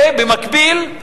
ובמקביל,